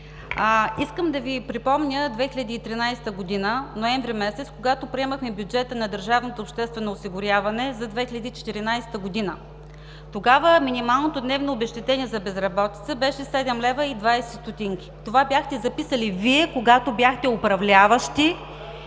искам да Ви припомня 2013 г., ноември месец, когато приемахме бюджета на държавното обществено осигуряване за 2014 г. Тогава минималното дневно обезщетение за безработица беше 7,20 лв. – това бяхте записали Вие, когато бяхте управляващи